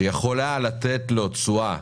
שיכולה לתת לו תשואה